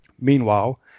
Meanwhile